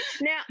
Now